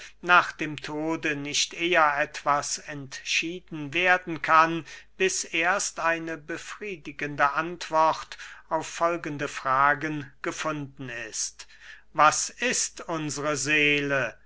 nach dem tode nicht eher etwas entschieden werden kann bis erst eine befriedigende antwort auf folgende fragen gefunden ist was ist unsre seele